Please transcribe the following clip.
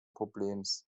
problems